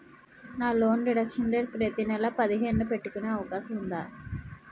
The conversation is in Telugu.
నా లోన్ డిడక్షన్ డేట్ ప్రతి నెల పదిహేను న పెట్టుకునే అవకాశం ఉందా?